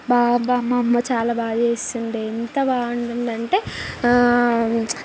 బా బా మా అమ్మ చాలా బాగా చేస్తుండే ఎంత బాగుంటుందంటే